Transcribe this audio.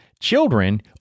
children